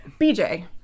BJ